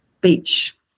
beach